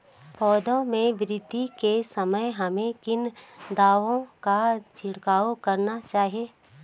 पौधों में वृद्धि के समय हमें किन दावों का छिड़काव करना चाहिए?